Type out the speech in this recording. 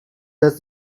does